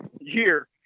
year